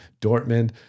Dortmund